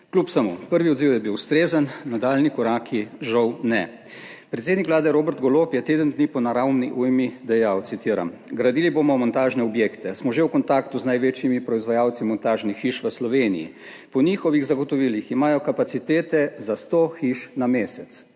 Kljub vsemu, prvi odziv je bil ustrezen, nadaljnji koraki žal ne. Predsednik Vlade Robert Golob je teden dni po naravni ujmi dejal, citiram: »Gradili bomo montažne objekte. Smo že v kontaktu z največjimi proizvajalci montažnih hiš v Sloveniji. Po njihovih zagotovilih imajo kapacitete za sto hiš na mesec.«